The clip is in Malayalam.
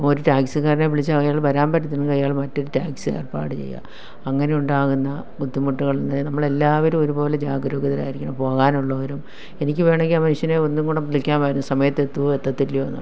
ഒരു ടാക്സിക്കാരനെ വിളിച്ചാൽ അയാൾ വരാൻ പറ്റത്തില്ലെന്ന് അയാള് മറ്റൊരു ടാക്സി ഏർപ്പാട് ചെയ്യാ അങ്ങനെ ഉണ്ടാകുന്ന ബുദ്ധിമുട്ടുകൾ നമ്മൾ എല്ലാവരും ഒരുപോലെ ജാഗരൂകരായിരിക്കണം പോകാൻ ഉള്ളവരും എനിക്ക് വേണമെങ്കി ആ മനുഷ്യനെ ഒന്നും കൂടെ വിളിക്കാമായിരുന്നു സമയത്തെത്തുമോ എത്തത്തില്ലയോന്നുള്ളത്